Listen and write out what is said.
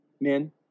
Men